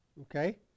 Okay